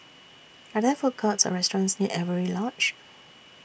Are There Food Courts Or restaurants near Avery Lodge